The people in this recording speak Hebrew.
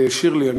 שירלי,